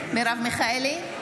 מיכאלי,